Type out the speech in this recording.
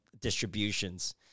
distributions